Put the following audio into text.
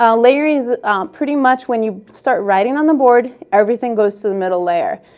um layering is pretty much when you start writing on the board, everything goes to the middle layer.